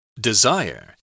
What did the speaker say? Desire